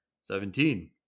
Seventeen